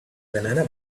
banana